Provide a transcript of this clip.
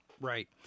Right